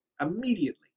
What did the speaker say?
immediately